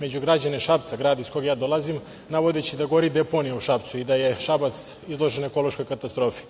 među građane Šapca, grada iz kog ja dolazim, navodeći da gori deponija u Šapcu i da je Šabac izložen ekološkoj katastrofi.